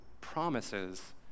promises